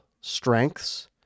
strengths